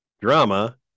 Drama